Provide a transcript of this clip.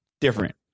different